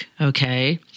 okay